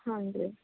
ಹಾನ್ ರೀ